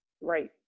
Right